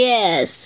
Yes